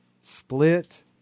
split